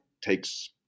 takes